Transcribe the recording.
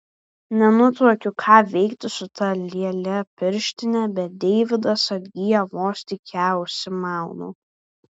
nenutuokiu ką veikti su ta lėle pirštine bet deividas atgyja vos tik ją užsimaunu